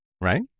right